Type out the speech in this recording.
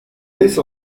laisse